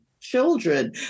children